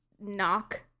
knock